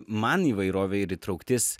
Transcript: man įvairovė ir įtrauktis